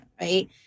right